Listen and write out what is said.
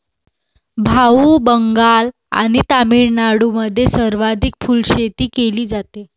भाऊ, बंगाल आणि तामिळनाडूमध्ये सर्वाधिक फुलशेती केली जाते